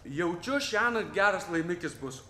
jaučiu šiąnakt geras laimikis bus